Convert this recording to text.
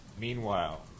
Meanwhile